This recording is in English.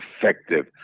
effective